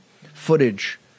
footage